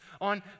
on